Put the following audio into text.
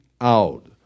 out